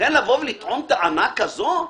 לכן לבוא ולטעון טענה כזו?